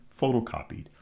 photocopied